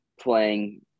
playing